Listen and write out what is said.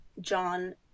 John